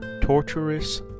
torturous